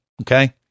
okay